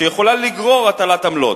שיכולה לגרור הטלת עמלות.